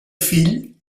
fill